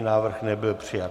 Návrh nebyl přijat.